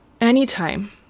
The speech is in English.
Anytime